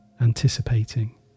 anticipating